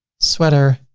sweater,